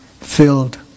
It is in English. filled